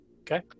Okay